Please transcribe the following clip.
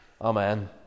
Amen